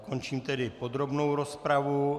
Končím tedy podrobnou rozpravu.